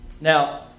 Now